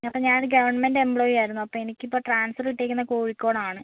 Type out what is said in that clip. അപ്പം ഞാന് ഒരു ഗവണ്മെന്റ് എംപ്ലോയി ആയിരുന്നു അപ്പം എനിക്കിപ്പോൾ ട്രാന്സ്ഫര് കിട്ടിയേക്കുന്നത് കോഴിക്കോട് ആണ്